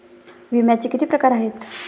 विम्याचे किती प्रकार आहेत?